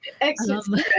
Excellent